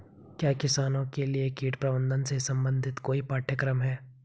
क्या किसानों के लिए कीट प्रबंधन से संबंधित कोई पाठ्यक्रम है?